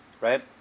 right